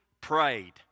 prayed